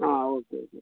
ആ okay okay